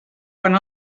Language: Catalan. quan